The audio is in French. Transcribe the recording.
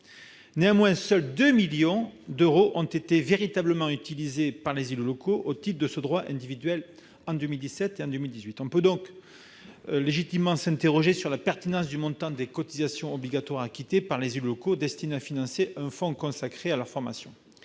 Néanmoins, seuls 2 millions d'euros ont été véritablement utilisés par les élus locaux au titre du DIF en 2017 et en 2018. On peut donc légitimement s'interroger sur la pertinence du montant des cotisations obligatoires acquittées par les élus locaux pour financer un fonds consacré à leur formation.